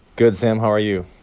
good, sam. how are you?